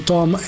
Tom